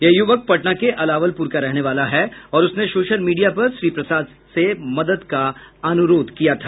यह युवक पटना के अलावलपुर का रहने वाला है और उसने सोशल मीडिया पर श्री प्रसाद से मदद का अनुरोध किया था